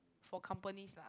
for companies lah